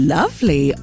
lovely